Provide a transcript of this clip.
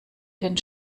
den